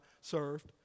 served